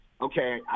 okay